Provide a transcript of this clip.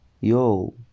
Yo